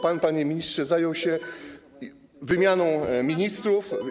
Pan, panie ministrze, zajął się wymianą ministrów.